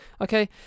Okay